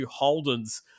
Holdens